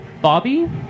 Bobby